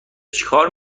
چیکار